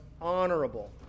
honorable